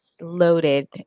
loaded